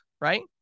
right